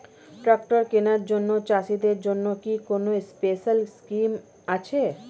Tractor কেনার জন্য চাষিদের জন্য কি কোনো স্পেশাল স্কিম আছে?